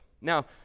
Now